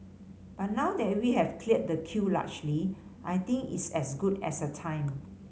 but now that we have cleared the queue largely I think it's as good a time